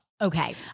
Okay